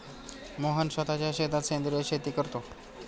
मोहन स्वतःच्या शेतात सेंद्रिय शेती करतो